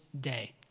day